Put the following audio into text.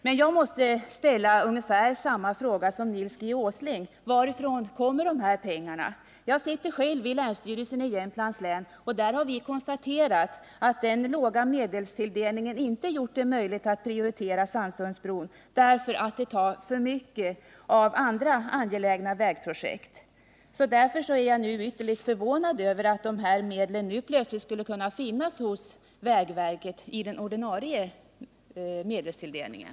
Men jag måste ställa ungefär samma fråga som Nils G. Åsling: Varifrån kommer pengarna? Jag sitter själv i länsstyrelsen i Jämtlands län, och där har vi konstaterat att den låga medelstilldelningen inte gjort det möjligt att prioritera Sannsundsbron därför att den tar för mycket medel från andra angelägna vägprojekt. Därför är jag ytterligt förvånad över att dessa medel nu plötsligen skulle kunna finnas hos vägverket inom den ordinarie medelstilldelningen.